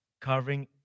covering